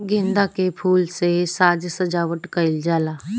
गेंदा के फूल से साज सज्जावट कईल जाला